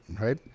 right